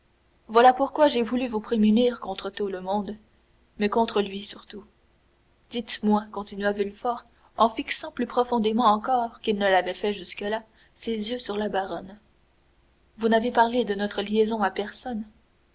voilà pourquoi j'ai voulu vous prémunir contre tout le monde mais contre lui surtout dites-moi continua villefort en fixant plus profondément encore qu'il ne l'avait fait jusque-là ses yeux sur la baronne vous n'avez parlé de notre liaison à personne